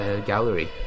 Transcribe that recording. gallery